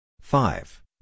five